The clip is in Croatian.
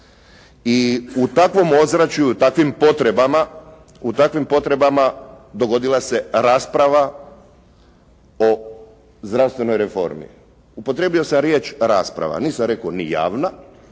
i u takvom ozračju i takvim potrebama dogodila se rasprava o zdravstvenoj reformi. Upotrijebio sam riječ rasprava, nisam rekao ni javna,